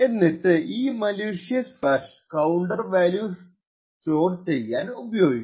എന്നിട്ട് ഈ malicious flash counter values store ചെയ്യാൻ ഉപയോഗിക്കും